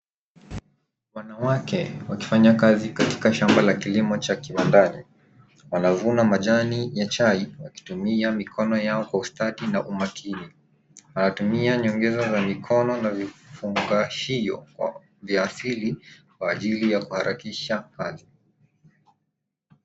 Wanawake wakifanya kazi katika shamba la kilimo cha kiwandani wanavuna majani ya chai wakitumia mikono yao kwa ustadi na umakini. Wanatumia nyongeza za mikono na vifungashio vya asili kwa ajili ya kuharakisha kazi.